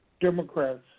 Democrats